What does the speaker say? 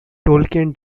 tolkien